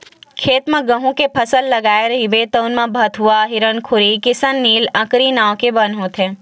खेत म गहूँ के फसल लगाए रहिबे तउन म भथुवा, हिरनखुरी, किसननील, अकरी नांव के बन होथे